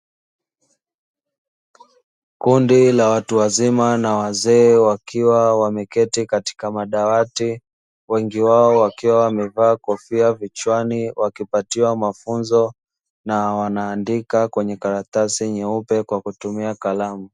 Kundi la watu wazima na wazee wakiwa wameketi katika madawati wengi wao wakiwa wamevaa kofia vichwani, wakipatiwa mafunzo na wanaandika kwenye karatasi nyeupe kwa kutumia kalamu.